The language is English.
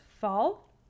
fall